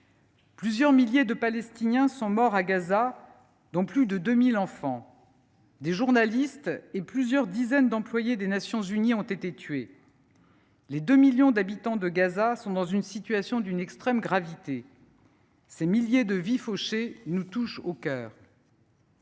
Plusieurs milliers de Palestiniens sont morts à Gaza, dont plus de 2 000 enfants. Des journalistes et plusieurs dizaines d’employés des Nations unies ont été tués. Les deux millions d’habitants de Gaza sont dans une situation d’une extrême gravité. Ces milliers de vies fauchées nous touchent au cœur.